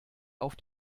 auf